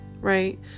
right